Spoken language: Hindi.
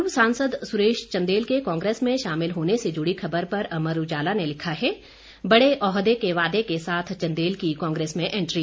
पूर्व सांसद सुरेश चंदेल के कांग्रेस में शामिल होने से जुड़ी खबर पर अमर उजाला ने लिखा है बड़े ओहदे के वादे के साथ चंदेल की कांग्रेस में एंट्री